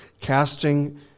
casting